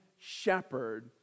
shepherd